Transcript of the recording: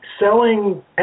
selling